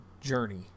journey